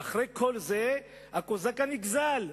ואחרי כל זה הקוזק הנגזל,